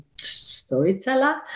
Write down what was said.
storyteller